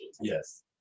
Yes